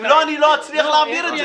חברים יקרים, אם לא, לא אצליח להעביר את זה.